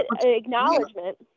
acknowledgement